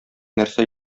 нәрсә